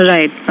Right